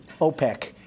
OPEC